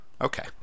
Okay